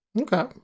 Okay